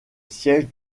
siège